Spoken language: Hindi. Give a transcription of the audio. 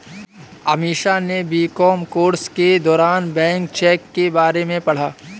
अमीषा ने बी.कॉम कोर्स के दौरान बैंक चेक के बारे में पढ़ा